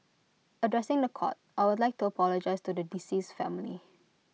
addressing The Court I would like to apologise to the decease's family